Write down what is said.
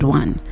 one